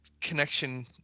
connection